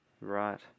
Right